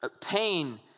Pain